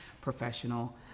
professional